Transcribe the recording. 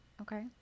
okay